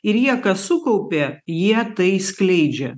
ir jie ką sukaupė jie tai skleidžia